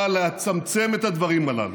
בנט יכול היה לצמצם את הדברים הללו,